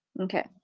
Okay